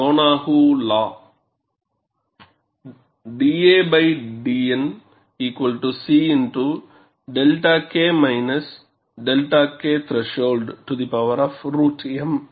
Donahue லா dadN C 𝛅 K 𝛅 K thm